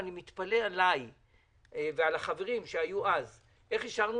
ואני מתפלא עליי ועל החברים שהיו אז איך אישרנו